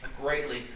greatly